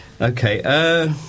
Okay